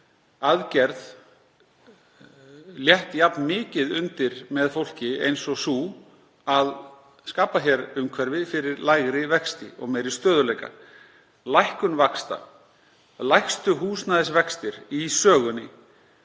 aðgerð hafi létt jafn mikið undir með fólki eins og sú að skapa hér umhverfi fyrir lægri vexti og meiri stöðugleika. Lækkun vaxta, lægstu húsnæðisvextir í sögunni,